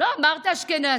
לא נכון.